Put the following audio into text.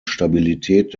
stabilität